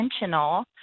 intentional